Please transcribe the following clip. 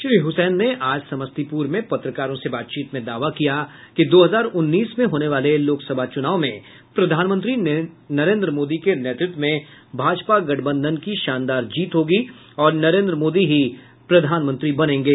श्री हुसैन ने आज समस्तीपुर में पत्रकारों से बातचीत में दावा किया कि दो हजार उन्नीस में होने वाले लोकसभा चुनाव में प्रधानमंत्री नरेंद्र मोदी के नेतृत्व में भाजपा गठबंधन की शानदार जीत होगी और नरेन्द्र मोदी ही प्रधानमंत्री बनेगे